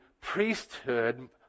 priesthood